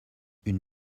une